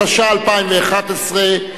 התשע"א 2011,